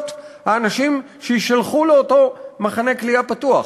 האנשים שיישלחו לאותו מחנה כליאה פתוח.